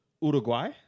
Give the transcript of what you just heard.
Uruguay